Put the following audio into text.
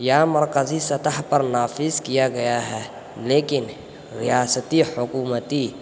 مرکزی سطح پر نافذ کیا گیا ہے لیکن ریاستی حکومتی